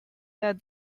then